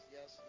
Yes